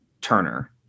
Turner